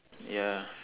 ya